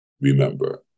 remember